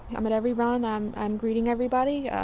i'm at every run, i'm i'm greeting everybody.